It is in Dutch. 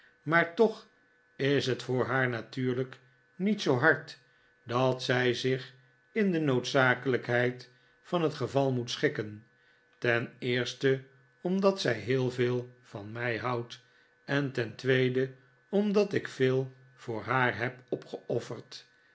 maar toch is het voor haar natuurlijk niet zoo hard dat zij zich in de noojdzakelijkheid van het geval moet schikken ten eerste omdat zij heel veel van mij houdt en ten tweede omdat ik veel voor haar heb opgeofferd